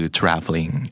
traveling